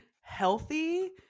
healthy